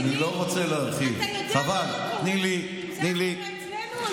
אתה יודע מה היה קורה אם זה היה קורה אצלנו?